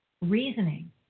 reasoning